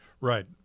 Right